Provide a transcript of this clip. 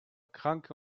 kranke